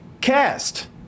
Cast